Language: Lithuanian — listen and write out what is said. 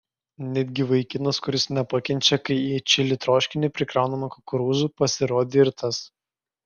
netgi vaikinas kuris nepakenčia kai į čili troškinį prikraunama kukurūzų pasirodė ir tas